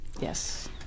Yes